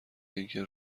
اینکه